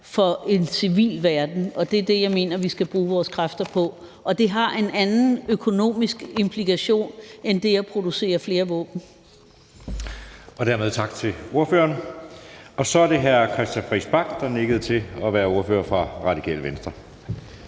af en civil verden. Det er det, jeg mener vi skal bruge vores kræfter på, og det har en anden økonomisk implikation end det at producere flere våben. Kl. 19:38 Anden næstformand (Jeppe Søe): Tak til ordføreren. Så er det hr. Christian Friis Bach, der har nikket til at være ordfører for Radikale Venstre.